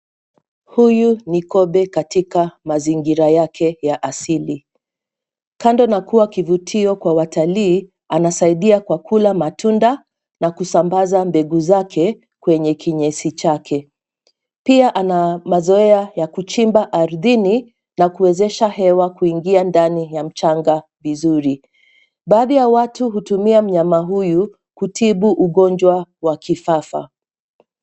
Huyu ni kobe Katika mazingira yake ya asili, kando na kuwa kivutio kwa watalii anasaidia kwa kula matunda na kusambaza mbegu zake kwenye kinyesi chake. Pia ana mazoea ya kuchimba ardhini na kuwezesha hewa kuingia ndani ya mchanga vizuri, baadhi ya watu hutumia mnyama huyu kutibu ugonjwa wa kifafa.